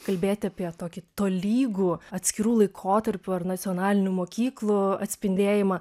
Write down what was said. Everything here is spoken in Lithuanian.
kalbėti apie tokį tolygų atskirų laikotarpių ar nacionalinių mokyklų atspindėjimą